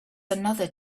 another